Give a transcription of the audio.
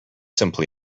simply